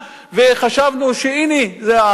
וחשבנו שהנה,